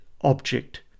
object